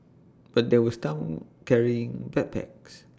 but there was down carrying backpacks